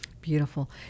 beautiful